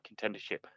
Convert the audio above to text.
contendership